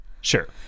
Sure